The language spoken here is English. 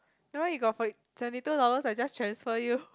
never mind you got forty seventy two dollars I just transfer you